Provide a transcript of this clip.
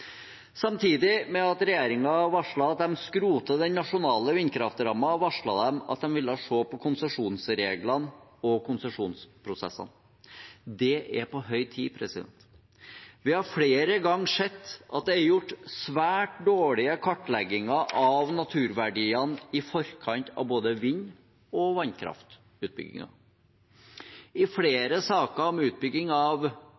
Samtidig med at regjeringen varslet at de skroter den nasjonale vindkraftrammen, varslet de at de ville se på konsesjonsreglene og konsesjonsprosessene. Det er på høy tid. Vi har flere ganger sett at det er gjort svært dårlige kartlegginger av naturverdiene i forkant av både vind- og vannkraftutbygginger. I flere saker om utbygging av